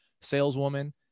saleswoman